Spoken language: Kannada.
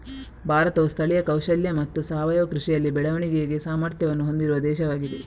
ಭಾರತವು ಸ್ಥಳೀಯ ಕೌಶಲ್ಯ ಮತ್ತು ಸಾವಯವ ಕೃಷಿಯಲ್ಲಿ ಬೆಳವಣಿಗೆಗೆ ಸಾಮರ್ಥ್ಯವನ್ನು ಹೊಂದಿರುವ ದೇಶವಾಗಿದೆ